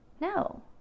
No